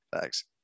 thanks